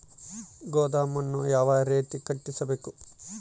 ಗೋದಾಮನ್ನು ಯಾವ ರೇತಿ ಕಟ್ಟಿಸಬೇಕು?